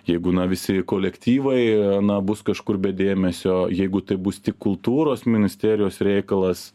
jeigu na visi kolektyvai na bus kažkur be dėmesio jeigu tai bus tik kultūros ministerijos reikalas